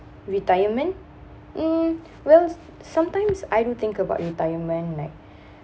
retirement mm well sometimes I do think about retirement like